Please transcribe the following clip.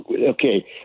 okay